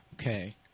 Okay